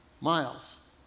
miles